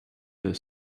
the